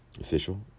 official